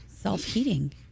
Self-Heating